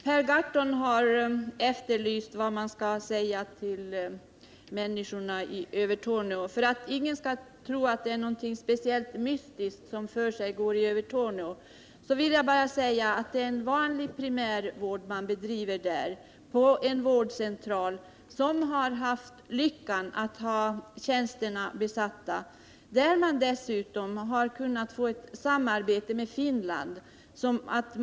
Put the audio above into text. Herr talman! Per Gahrton har efterlyst vad man skall säga till människorna i Övertorneå. För att ingen skall tro att det är något speciellt mystiskt som försiggår i Övertorneå, vill jag bara säga att det är vanlig primärvård man bedriver där på en vårdcentral som har haft lyckan att ha tjänsterna besatta och där man dessutom har kunnat få ett samarbete till stånd med Finland.